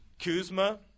Kuzma